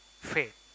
faith